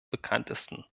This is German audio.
bekanntesten